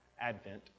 Advent